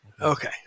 Okay